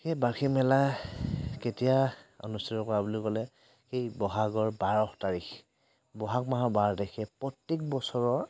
সেই বাৰ্ষিক মেলা কেতিয়া অনুষ্ঠিত কৰা বুলি ক'লে সেই বহাগৰ বাৰ তাৰিখ বহাগ মাহৰ বাৰ তাৰিখে প্ৰত্যেক বছৰৰ